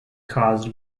caused